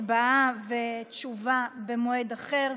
הצבעה ותשובה במועד אחר,